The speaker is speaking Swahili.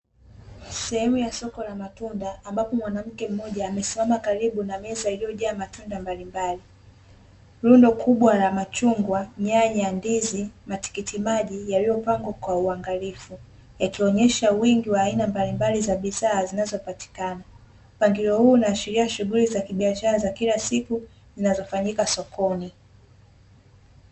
Sehemu ya soko la matunda, ambapo mwanamke mmoja amesimama karibu na meza iliyojaa matunda mbalimbali. Rundo kubwa la machungwa, nyanya, ndizi, matikiti majiyaliyopangwa kwa uangalifu, yakionesha wingi wa aina mbalimbali za bidhaa zinazopatikana, mpangilio huu unaashiria shughuli za kibiashara za kila siku, zinazofanyika sokoni.